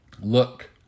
Look